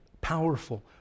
Powerful